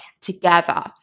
together